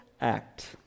act